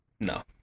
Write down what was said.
No